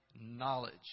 knowledge